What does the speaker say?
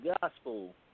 gospel